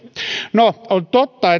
no on totta